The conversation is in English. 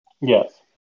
Yes